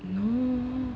no